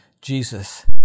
Jesus